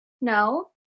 No